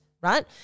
right